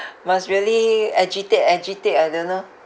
must really agitate agitate I don't know